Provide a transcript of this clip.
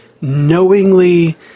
knowingly